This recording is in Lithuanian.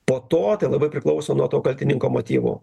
po to labai priklauso nuo to kaltininko motyvų